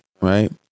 right